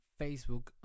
Facebook